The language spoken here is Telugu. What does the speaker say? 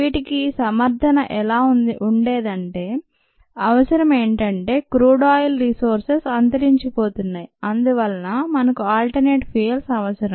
వీటికి సమర్థన ఎలా ఉండేదంటే అవసరం ఏంటంటే క్రూడ్ ఆయిల్ రిసోర్స్స్ అంతరించిపోతున్నాయి అందువలన మనకు ఆల్టర్నేట్ ఫ్యూయల్స్ అవసరం